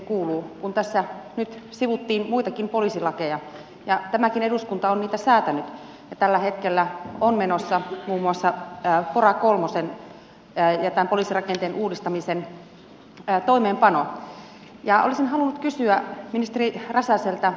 mutta kun tässä nyt sivuttiin muitakin poliisilakeja ja tämäkin eduskunta on niitä säätänyt ja tällä hetkellä on menossa muun muassa pora kolmosen ja tämän poliisirakenteen uudistamisen toimeenpano niin olisin halunnut toiseksi kysyä ministeri räsäseltä